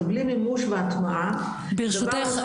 אז בלי מימוש והטמעה ברשותך,